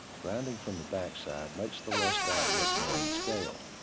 grinding from the backside makes the rust out look more in scale.